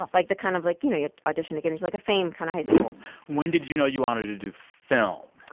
like, the kind of, like you know, you audition to get into like, a fame kind of high school when did you know you wanted to do film?